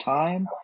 time